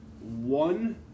one